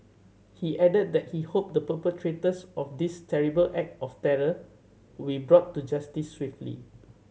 he added that he hoped the perpetrators of this terrible act of terror will brought to justice swiftly